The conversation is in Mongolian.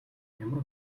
ямар